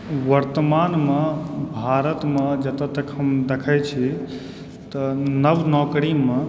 वर्तमानमऽ भारतमे जतय तक हम देखय छी तऽ नव नौकरीमऽ